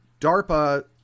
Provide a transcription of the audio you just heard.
darpa